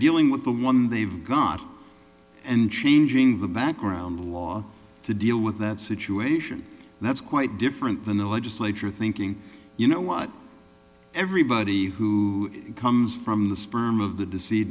dealing with the one they've got and changing the background law to deal with that situation that's quite different than the legislature thinking you know what everybody who comes from the sperm of the decei